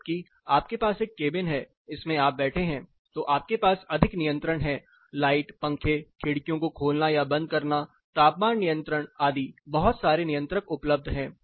जबकि आपके पास एक केबिन है इसमें आप बैठे हैं तो आपके पास अधिक नियंत्रण है लाइट पंखे खिड़कियों को खोलना या बंद करना तापमान नियंत्रण आदि बहुत सारे नियंत्रक उपलब्ध हैं